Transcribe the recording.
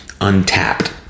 untapped